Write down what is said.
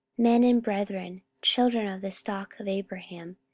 men and brethren, children of the stock of abraham,